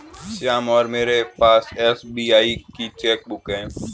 श्याम और मेरे पास एस.बी.आई की चैक बुक है